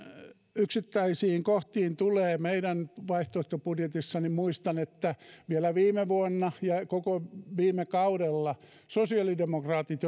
yksittäisiin kohtiin tulee meidän vaihtoehtobudjetissa niin muistan että vielä viime vuonna ja koko viime kaudella sosiaalidemokraatit